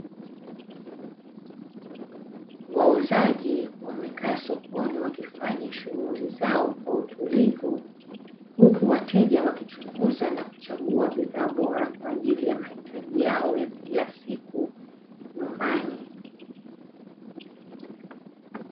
Wauzaji wamekaa sokoni wakifanya shughuli zao kwa utulivu, huku wateja wakichunguza na kuchagua bidhaa bora kwa ajili ya mahitaji yao ya kila siku ya nyumbani.